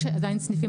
יש עדיין סניפים.